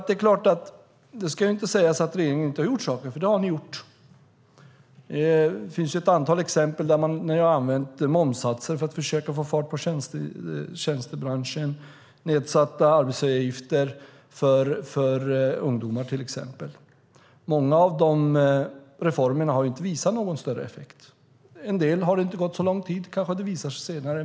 Det ska inte sägas att regeringen inte har gjort saker, för det har den gjort. Det finns ett antal exempel, som att man har använt momssatser för att försöka få fart på tjänstebranschen och nedsatta arbetsgivaravgifter för ungdomar. Många av de reformerna har inte visat någon större effekt. En del har inte verkat så lång tid, och det kanske visar sig senare.